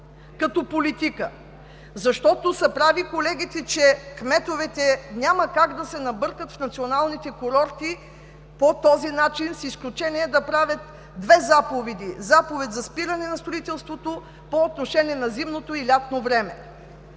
като политика. Прави са колегите, че кметовете няма как да се набъркат в националните курорти по този начин, с изключение да правят две заповеди – заповед за спиране на строителството по отношение на зимното и лятното време.